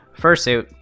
fursuit